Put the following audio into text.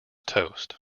toast